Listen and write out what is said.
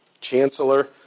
chancellor